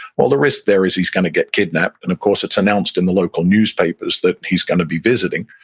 well, the risk there is he's going to get kidnapped. and of course, it's announced in the local newspapers that he's going to be visiting.